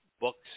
books